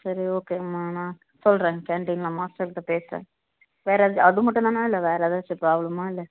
சரி ஓகேங்கம்மா நான் சொல்லுற கேண்டீனில் மாஸ்டர் கிட்ட பேசுறேன் வேறு அதுமட்டும்தானே இல்லை வேறு எதாச்சும் ப்ராப்ளமாக இல்லை